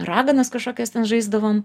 raganas kažkokias ten žaisdavom